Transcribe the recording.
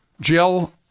Jill